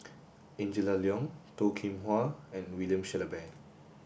Angela Liong Toh Kim Hwa and William Shellabear